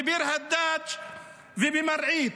בביר הדא'ג ובמרעית.